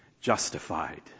justified